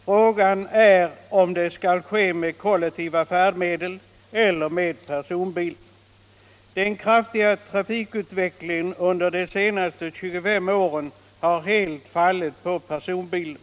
Frågan är om den skall ske med kollektiva färdmedel eller med personbil. Den kraftiga trafikutvecklingen under de senaste 25 åren har helt fallit på personbilen.